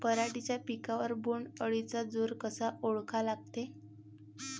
पराटीच्या पिकावर बोण्ड अळीचा जोर कसा ओळखा लागते?